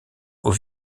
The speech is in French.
aux